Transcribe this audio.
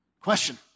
Question